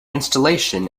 installation